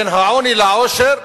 בין העוני לעושר,